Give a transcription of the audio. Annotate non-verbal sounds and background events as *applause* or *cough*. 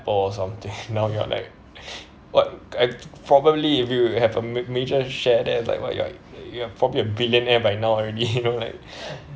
Apple something *laughs* now you are like *breath* what I'd probably if you have a ma~ major share there it's like what you are you are probably a billionaire by now already *laughs* you know like *laughs*